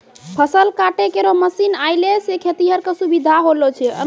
फसल काटै केरो मसीन आएला सें खेतिहर क सुबिधा होलो छै